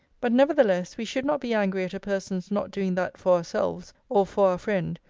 but nevertheless we should not be angry at a person's not doing that for ourselves, or for our friend,